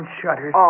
shutters